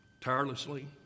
tirelessly